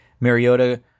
Mariota